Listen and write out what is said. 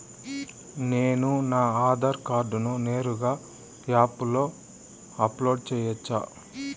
నేను నా ఆధార్ కార్డును నేరుగా యాప్ లో అప్లోడ్ సేయొచ్చా?